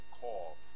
call